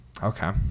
Okay